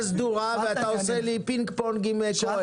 סדורה ואתה עושה לי פונג פונג עם כהן.